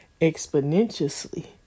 exponentially